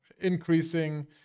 increasing